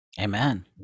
amen